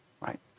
right